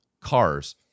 Cars